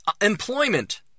employment